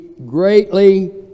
greatly